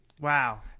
Wow